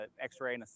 x-ray